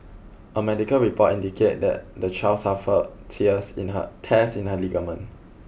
a medical report indicated that the child suffered tears in her tears in her ligaments